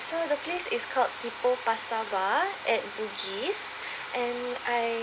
so the place is called people pasta bar at bugis and I